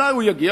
אולי הוא יגיע,